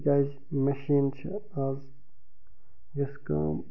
تِکیٛازِ میٚشیٖن چھِ اَز یۄس کٲم